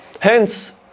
Hence